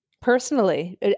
Personally